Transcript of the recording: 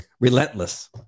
relentless